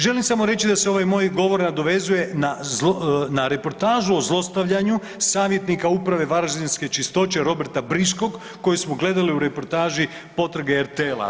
Želim samo reći da se ovaj moj govor nadovezuje na reportažu o zlostavljanju savjetnika uprave varaždinske Čistoće Roberta Briškog kojeg smo gledali u reportaži „Potrage“ RTL-a.